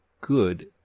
good